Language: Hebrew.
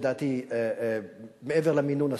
לדעתי מעבר למינון הסביר,